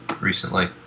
recently